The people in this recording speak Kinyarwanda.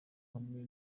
hamwe